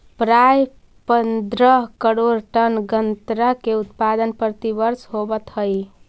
प्रायः पंद्रह करोड़ टन गन्ना का उत्पादन प्रतिवर्ष होवत है